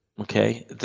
Okay